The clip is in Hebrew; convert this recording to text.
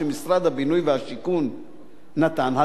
שמשרד הבינוי והשיכון נתן,